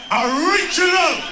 original